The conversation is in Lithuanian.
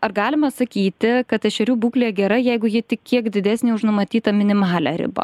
ar galima sakyti kad ešerių būklė gera jeigu ji tik kiek didesnė už numatytą minimalią ribą